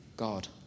God